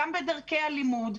גם בדרכי הלימוד,